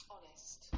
Honest